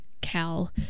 Cal